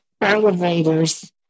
elevators